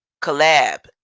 collab